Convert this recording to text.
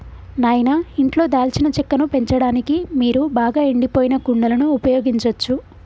నాయిన ఇంట్లో దాల్చిన చెక్కను పెంచడానికి మీరు బాగా ఎండిపోయిన కుండలను ఉపయోగించచ్చు